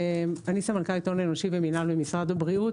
אני סמנכ"לית הון אנושי ומינהל במשרד הבריאות,